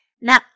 Now